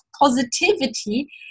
positivity